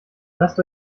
lasst